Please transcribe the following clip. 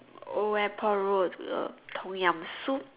old airport road the Tom-Yum soup